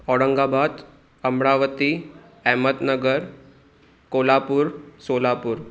Aurangabad Amravati Ahmednagar Kolhapur Solapur